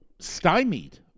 stymied